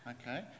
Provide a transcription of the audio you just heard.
Okay